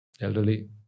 elderly